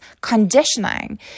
conditioning